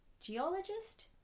Geologist